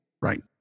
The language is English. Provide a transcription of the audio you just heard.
right